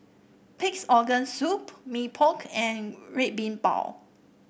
Pig's Organ Soup Mee Pok and Red Bean Bao